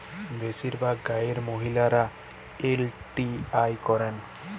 বেশিরভাগ গাঁয়ের মহিলারা এল.টি.আই করেন